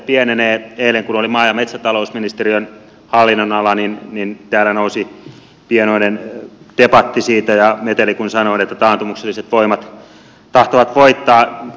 eilen kun oli maa ja metsätalousministeriön hallinnonala täällä nousi pienoinen debatti ja meteli siitä kun sanoin että taantumukselliset voimat tahtovat voittaa